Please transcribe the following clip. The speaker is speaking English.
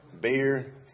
Beer